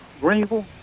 greenville